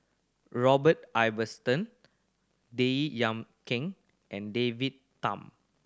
Robert Ibbetson Baey Yam Keng and David Tham